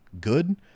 good